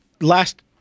last